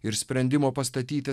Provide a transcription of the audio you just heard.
ir sprendimo pastatyti